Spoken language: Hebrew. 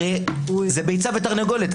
הרי זה ביצה ותרנגולת,